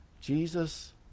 Jesus